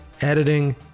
editing